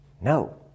No